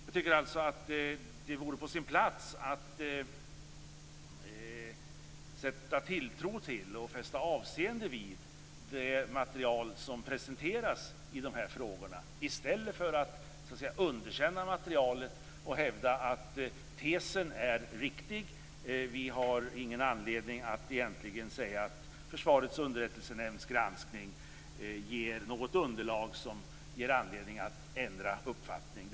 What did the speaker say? Jag tycker alltså att det vore på sin plats att sätta tilltro till och fästa avseende vid det material som presenteras i de här frågorna i stället för att underkänna materialet och hävda att tesen är riktig och att Försvarets underrättelsenämnds granskning inte ger något underlag som ger anledning att ändra uppfattning.